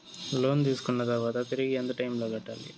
లోను తీసుకున్న తర్వాత తిరిగి ఎంత టైములో కట్టాలి